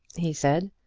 he said,